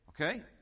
Okay